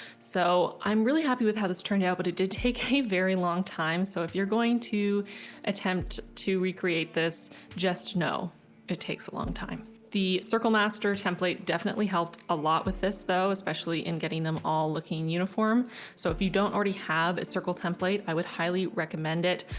so i'm really happy with how this turned out, but it did take a very long time. so if you're going to attempt to recreate this just know it takes a long time the circle master template definitely helped a lot with this though, especially in getting them all looking uniform so if you don't already have a circle template, i would highly recommend it.